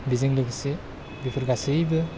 बेजों लोगोसे बेफोर गासैबो